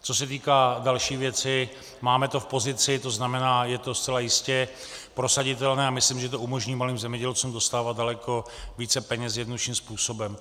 Co se týká další věci, máme to v pozici, to znamená, je to zcela jistě prosaditelné a myslím, že to umožní malým zemědělcům dostávat daleko více peněz jednodušším způsobem.